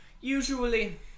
usually